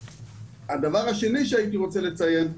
הדבר השני שהייתי רוצה לציין,